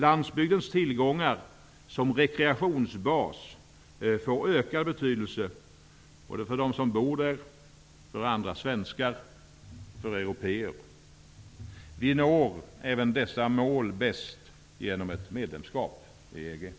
Landsbygdens tillgångar som rekreationsbas får ökad betydelse både för dem som bor där, för andra svenskar och för européer. Vi når även dessa mål bäst genom ett medlemskap i EG.